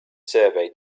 survey